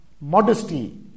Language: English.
modesty